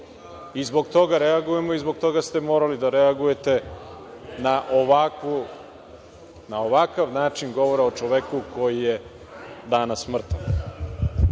Zbog toga reagujemo i zbog toga ste morali da reagujete na ovakav način govora o čoveku koji je danas mrtav.